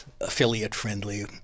affiliate-friendly